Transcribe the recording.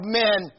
men